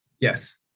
Yes